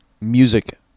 music